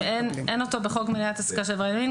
שאין אותו בחוק מניעת העסקה של עברייני מין.